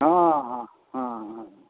हॅं हॅं हॅं हॅं